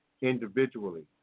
individually